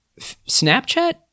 Snapchat